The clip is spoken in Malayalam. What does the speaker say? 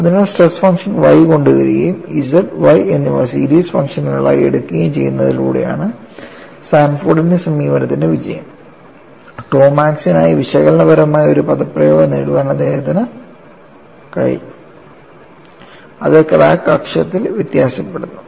അതിനാൽ സ്ട്രെസ് ഫംഗ്ഷൻ Y കൊണ്ടുവരികയും Z Y എന്നിവ സീരീസ് ഫംഗ്ഷനുകളായി എടുക്കുകയും ചെയ്യുന്നതിലൂടെയാണ് സാൻഫോർഡിന്റെ സമീപനത്തിന്റെ വിജയം tau മാക്സിനായി വിശകലനപരമായി ഒരു പദപ്രയോഗം നേടാൻ അദ്ദേഹത്തിന് കഴിഞ്ഞു അത് ക്രാക്ക് അക്ഷത്തിൽ വ്യത്യാസപ്പെടുന്നു